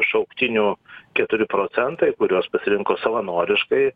šauktinių keturi procentai kurios pasirinko savanoriškai